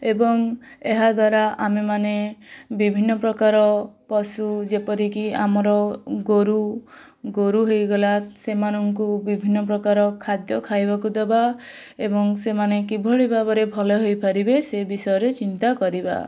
ଏବଂ ଏହାଦ୍ୱାରା ଆମେମାନେ ବିଭିନ୍ନ ପ୍ରକାର ପଶୁ ଯେପରିକି ଆମର ଗୋରୁ ଗୋରୁ ହେଇଗଲା ସେମାନଙ୍କୁ ବିଭିନ୍ନ ପ୍ରକାର ଖାଦ୍ୟ ଖାଇବାକୁ ଦେବା ଏବଂ ସେମାନେ କିଭଳି ଭାବରେ ଭଲ ହୋଇପାରିବେ ସେ ବିଷୟରେ ଚିନ୍ତା କରିବା